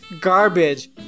Garbage